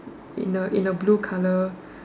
in a in a blue colour